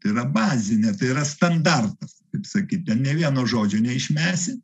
tai yra bazinė tai yra standartas kaip sakyt ten nė vieno žodžio neišmesi